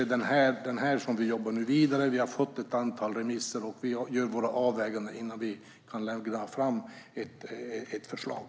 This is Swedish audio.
Vi jobbar nu vidare. Vi har fått ett antal remisser, och vi ska göra våra avväganden innan vi kan lägga fram ett förslag.